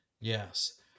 Yes